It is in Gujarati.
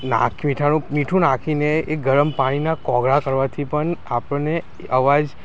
નાખ મીઠાનું મીઠું નાખીને એ ગરમ પાણીને કોગળા કરવાથી પણ આપણને અવાજ